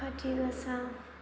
काति गासा